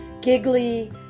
giggly